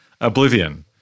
Oblivion